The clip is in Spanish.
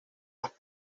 las